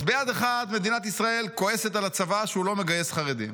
ביד אחת מדינת ישראל כועסת על הצבא שהוא לא מגייס חרדים,